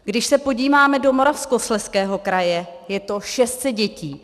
Když se podíváme do Moravskoslezského kraje, je to 600 dětí.